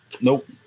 Nope